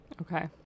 Okay